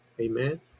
Amen